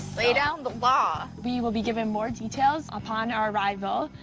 lay down the law! we will be given more details upon our arrival,